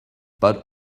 but